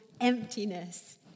emptiness